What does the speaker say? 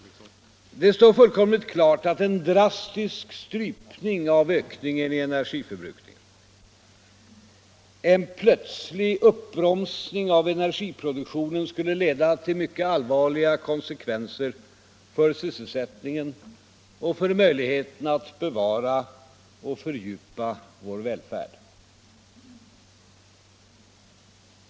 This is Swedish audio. Det står fullkomligt klart att en drastisk strypning av ökningen i energiförbrukningen, en plötslig uppbromsning av energiproduktionen skulle leda till mycket allvarliga konsekvenser för sysselsättningen och för möjligheten att bevara och fördjupa vår välfärd.